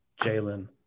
Jalen